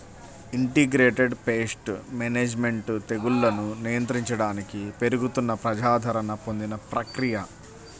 integrated pest management తెగుళ్లను నియంత్రించడానికి పెరుగుతున్న ప్రజాదరణ పొందిన ప్రక్రియ